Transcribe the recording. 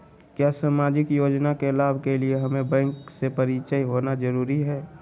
क्या सामाजिक योजना के लाभ के लिए हमें बैंक से परिचय होना जरूरी है?